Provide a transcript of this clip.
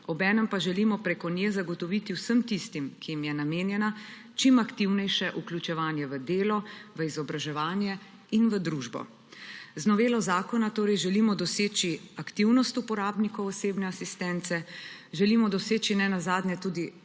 obenem pa želimo preko nje zagotoviti vsem tistim, ki jim je namenjena, čim aktivnejše vključevanje v delo, v izobraževanje in v družbo. Z novelo zakona torej želimo doseči aktivnost uporabnikov osebne asistence, želimo doseči nenazadnje tudi